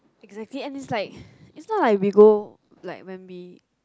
exactly and it's like it's not like we go like when we